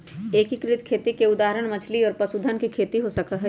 एकीकृत खेती के एक उदाहरण मछली और पशुधन के खेती हो सका हई